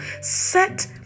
set